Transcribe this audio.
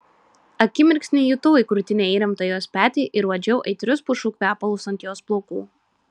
akimirksnį jutau į krūtinę įremtą jos petį ir uodžiau aitrius pušų kvepalus ant jos plaukų